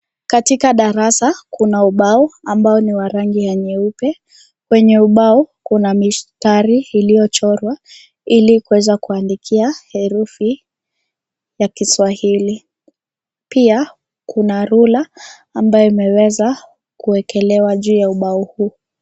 Katika darasa kuna ubao ambao ni wa rangi ya nyeupe. Kwenye ubao, kuna mistari iliyochorwa ili kuweza kuandikia herufi ya kiswahili. Pia, kuna rula ambayo imeweza kuwekelewa juu ya ubao huu.